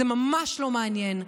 זה ממש לא מעניין,